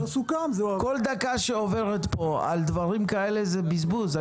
כל דקה שעוברת פה על דברים כאלה זה בזבוז.